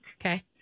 Okay